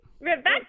Rebecca